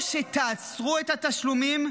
או שתעצרו את התשלומים,